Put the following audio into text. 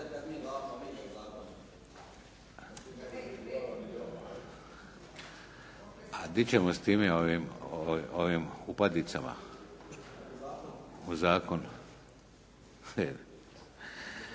A gdje ćemo s time, ovim upadicama u zakonu?